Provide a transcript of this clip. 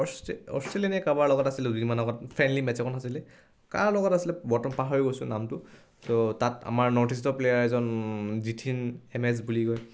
অষ্ট অষ্ট্ৰেলিয়ানে কাৰোবাৰ লগত আছিলে দুদিনমান আগত ফ্ৰেণ্ডলি মেটছ এখন আছিলে কাৰ লগত আছিলে বৰ্তমান পাহৰি গৈছোঁ নামটো ত' তাত আমাৰ নৰ্থ ইষ্টৰ প্লেয়াৰ এজন জিথিন এম এছ বুলি কয়